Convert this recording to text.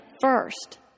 first